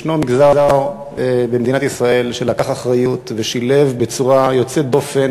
ישנו מגזר במדינת ישראל שלקח אחריות ושילב בצורה יוצאת דופן,